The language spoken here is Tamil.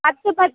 பத்து பத்